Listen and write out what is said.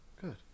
Good